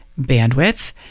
bandwidth